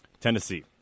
Tennessee